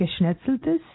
Geschnetzeltes